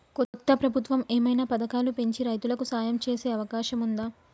కొత్త ప్రభుత్వం ఏమైనా పథకాలు పెంచి రైతులకు సాయం చేసే అవకాశం ఉందా?